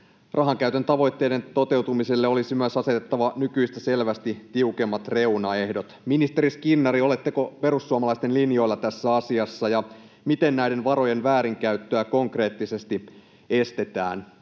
Rahankäytön tavoitteiden toteutumiselle olisi myös asetettava nykyistä selvästi tiukemmat reunaehdot. Ministeri Skinnari, oletteko perussuomalaisten linjoilla tässä asiassa, ja miten näiden varojen väärinkäyttöä konkreettisesti estetään?